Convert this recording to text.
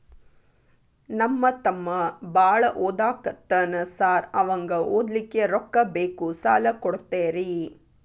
ನಮ್ಮ ತಮ್ಮ ಬಾಳ ಓದಾಕತ್ತನ ಸಾರ್ ಅವಂಗ ಓದ್ಲಿಕ್ಕೆ ರೊಕ್ಕ ಬೇಕು ಸಾಲ ಕೊಡ್ತೇರಿ?